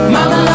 Mama